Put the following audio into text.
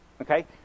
Okay